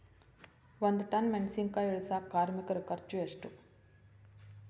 ಒಂದ್ ಟನ್ ಮೆಣಿಸಿನಕಾಯಿ ಇಳಸಾಕ್ ಕಾರ್ಮಿಕರ ಖರ್ಚು ಎಷ್ಟು?